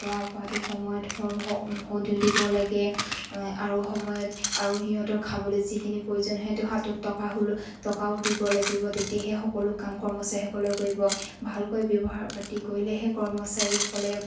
খোৱা বোৱাটো সময়ত দিব লাগে আৰু সময়ত আৰু সিহঁতক খাবলে যিখিনি প্ৰয়োজন হাতত টকা টকাও দিব লাগিব তেতিয়াহে সকলো কাম কৰ্মচাৰীসকলে কৰিব ভালকৈ ব্যৱহাৰ পাতি কৰিলেহে কৰ্মচাৰীসকলে